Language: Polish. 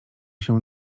się